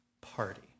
party